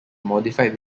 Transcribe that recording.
modified